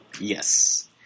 Yes